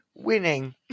Winning